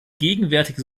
gegenwärtige